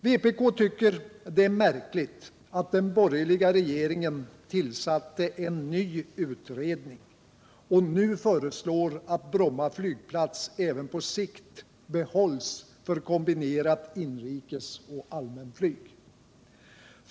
Vpk tycker att det är märkligt att den borgerliga regeringen tillsatte en ny utredning och att den nu föreslår att Bromma flygplats även på sikt behålls för kombinationen inrikesflyg och allmänflyg.